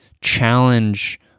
challenge